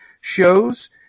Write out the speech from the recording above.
shows